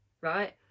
right